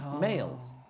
males